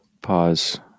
Pause